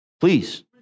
please